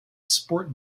sport